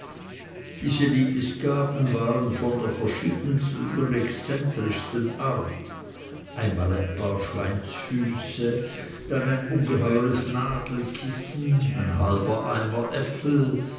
diese liebesgaben waren der verschiedensten und exzentrischsten art einmal ein paar schweinsfüße dann ein ungeheures nadelkissen ein halber eimer äpfel